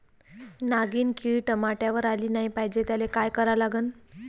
नागिन किड टमाट्यावर आली नाही पाहिजे त्याले काय करा लागन?